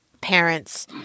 parents